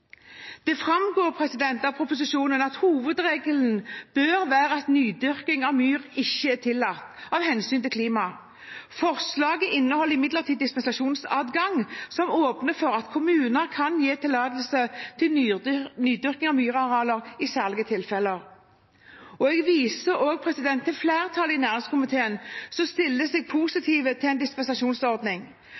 Det framgår av proposisjonen at hovedregelen bør være at nydyrking av myr ikke er tillatt av hensyn til klimaet. Forslaget inneholder imidlertid en dispensasjonsadgang som åpner for at kommuner kan gi tillatelse til nydyrking av myrarealer i særlige tilfeller. Jeg viser også til flertallet i næringskomiteen, som stiller seg positive til en dispensasjonsordning.